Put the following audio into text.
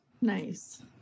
Nice